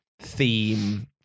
Theme